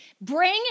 Bring